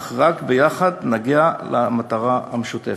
אך רק יחד נגיע למטרה המשותפת.